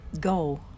go